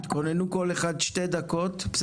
ההשקעות באו לידי ביטוי בסוגיות של תוכניות ופדגוגיה,